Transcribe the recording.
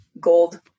gold